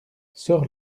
sors